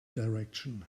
direction